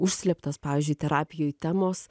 užslėptas pavyzdžiui terapijoj temos